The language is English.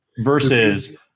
versus